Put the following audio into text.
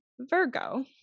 Virgo